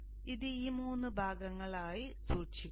അതിനാൽ ഇത് ഈ 3 ഭാഗങ്ങളായി സൂക്ഷിക്കുക